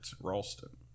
Ralston